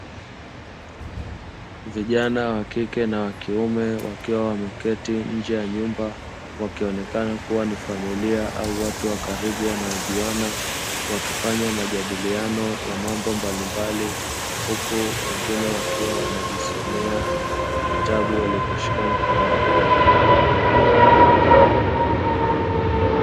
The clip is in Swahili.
Vijana wa kike na wa kiume wakiwa wameketi nje ya nyumba, wakionekana kuwa ni familia au watu wa karibu wanaojuana, wakifanya majadiliano ya mambo mbalimbali huku wengine wakiwa wanajisomea vitabu walivyoshika mkononi.